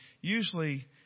usually